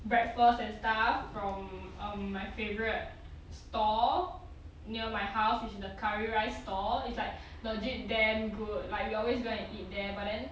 breakfast and stuff from um my favourite stall near my house which is the curry rice stall it's like legit damn good like we always go and eat there but then